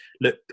Look